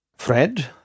Fred